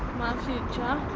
future,